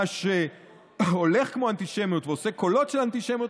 מה שהולך כמו אנטישמיות ועושה קולות של אנטישמיות,